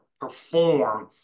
perform